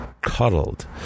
cuddled